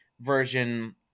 version